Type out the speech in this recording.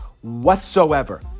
whatsoever